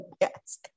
Yes